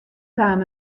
kaam